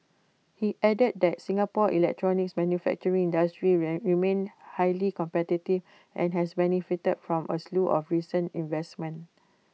he added that Singapore's electronics manufacturing industry will remained highly competitive and has benefited from A slew of recent investments